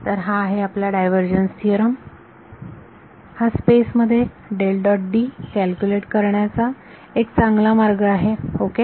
तर हा आहे आपला डायव्हर्जन्स थिओरम हा स्पेस मध्ये कॅल्क्युलेट करण्याचा एक चांगला मार्ग आहे ओके